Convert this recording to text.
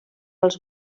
els